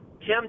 Tim